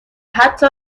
حتی